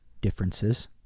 differences